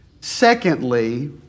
secondly